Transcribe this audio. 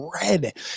red